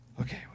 Okay